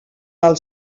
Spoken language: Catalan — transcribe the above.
del